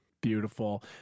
Beautiful